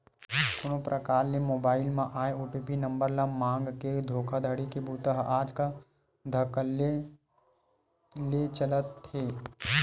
कोनो परकार ले मोबईल म आए ओ.टी.पी नंबर ल मांगके धोखाघड़ी के बूता ह आजकल धकल्ले ले चलत हे